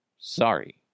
Sorry